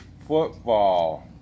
football